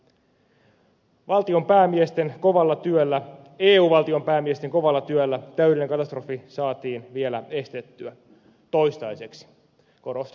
eun valtionpäämiesten kovalla työllä täydellinen katastrofi saatiin vielä estettyä toistaiseksi korostan